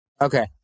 Okay